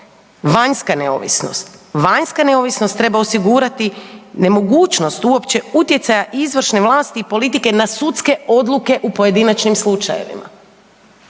vanjska neovisnost. Vanjska neovisnost osigurati nemogućnost uopće utjecaja izvršne vlasti i politike na sudske odluke u pojedinačnim slučajevima.